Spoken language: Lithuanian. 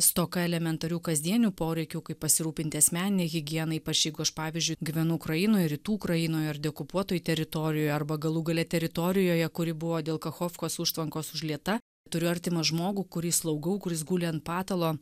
stoka elementarių kasdienių poreikių kaip pasirūpinti asmenine higiena ypač jeigu aš pavyzdžiui gyvenu ukrainoj rytų ukrainoj ar deokupuotoj teritorijoj arba galų gale teritorijoje kuri buvo dėl kachofkos užtvankos užlieta turiu artimą žmogų kurį slaugau kuris guli ant patalo